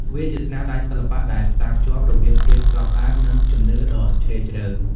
វាជាស្នាដៃសិល្បៈដែលផ្សារភ្ជាប់រវាងភាពស្រស់ស្អាត និងជំនឿដ៏ជ្រាលជ្រៅ។